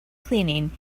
cleaning